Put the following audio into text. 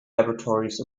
laboratories